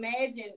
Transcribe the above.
imagine